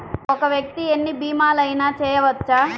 ఒక్క వ్యక్తి ఎన్ని భీమలయినా చేయవచ్చా?